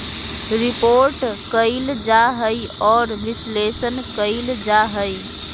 report कइल जा हइ और विश्लेषण कइल जा हइ